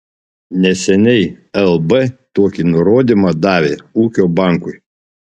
neseniai lb tokį nurodymą davė ūkio bankui